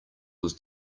was